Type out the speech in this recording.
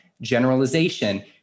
Generalization